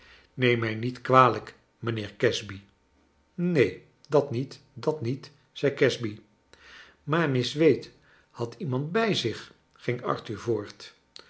neem mij niet kwalijk mijnheer casby neen dat niet dat niet zei casby maar miss wade had iemand bij zich ging arthur voort